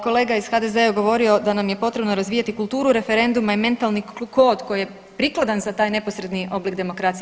Kolega iz HDZ-a je govorio da nam je potrebno razvijati kulturu referenduma i mentalni kod koji je prikladan za taj neposredni oblik demokracije.